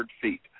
feet